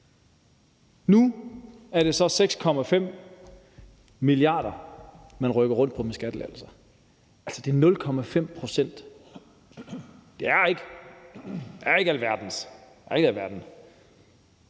Nu er det så 6,5 mia. kr., som man rykker rundt på ved at lave skattelettelser. Altså, det er 0,5 pct.; det er ikke alverden.